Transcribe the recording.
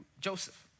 Joseph